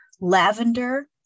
lavender